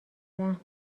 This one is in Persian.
رحم